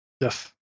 Yes